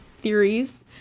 theories